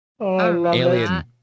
Alien